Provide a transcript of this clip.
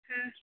हँ